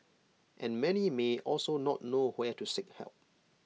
and many may also not know where to seek help